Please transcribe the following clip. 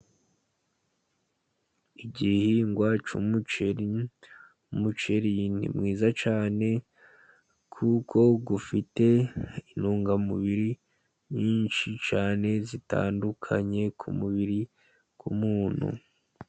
Igihingwa cy'umuceri. Umuceri ni mwiza cyane, kuko ufite intungamubiri nyinshi cyane zitandukanye ku mubiri w'umwuntu.